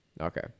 Okay